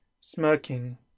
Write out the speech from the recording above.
smirking